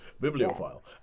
bibliophile